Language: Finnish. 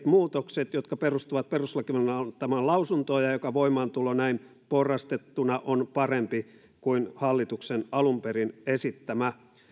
muutokset jotka perustuvat perustuslakivaliokunnan antamaan lausuntoon ja joka voimaantulo näin porrastettuna on parempi kuin hallituksen alun perin esittämä